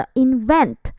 invent